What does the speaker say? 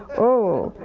oh,